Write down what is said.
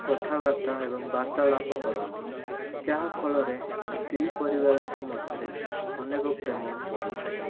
କଥାବାର୍ତ୍ତା ଏବଂ ବାର୍ତ୍ତାଳାପ କରନ୍ତି ଯାହା ଫଳରେ ଦୁଇ ପରିବାରଙ୍କ ମଧ୍ୟରେ ଅନେକ ପ୍ରେମ ବଢ଼ିଥାଏ